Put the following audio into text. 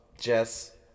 Jess